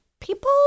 people